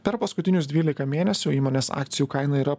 per paskutinius dvylika mėnesių įmonės akcijų kaina yra